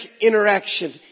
interaction